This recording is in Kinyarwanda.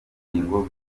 ngingo